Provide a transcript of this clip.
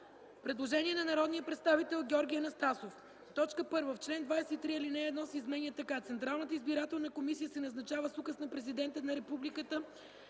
Предложение на народния представител Георги Анастасов: 1. В чл. 23 ал. 1 се изменя така: „(1) Централната избирателна комисия се назначава с указ на президента на Републиката